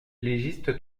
légiste